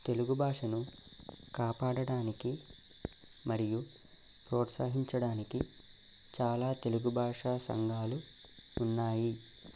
తెలుగు భాషను కాపాడడానికి మరియు ప్రోత్సహించడానికి చాలా తెలుగు భాష సంఘాలు ఉన్నాయి